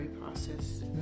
process